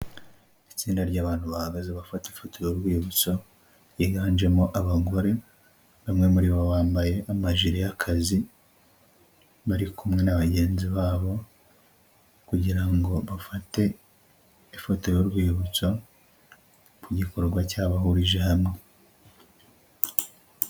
Itsinda ry'abantu bahagaze bafata ifoto y'urwibutso, ryiganjemo abagore, bamwe muri bo bambaye amajiri y'akazi, bari kumwe na bagenzi babo, kugirango bafate ifoto y'urwibutso ku gikorwa cyabahurije hamwe.